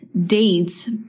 deeds